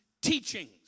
teachings